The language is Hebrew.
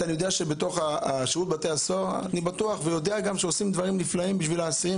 אני יודע ובטוח שבתוך שירות בתי הסוהר עושים דברים נפלאים בשביל האסירים